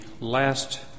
last